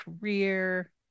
career